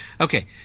Okay